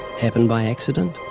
happened by accident?